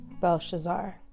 Belshazzar